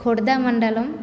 खोड्दामण्डलं